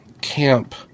camp